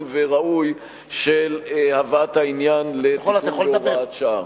וראוי של הבאת העניין לתיקון בהוראת שעה.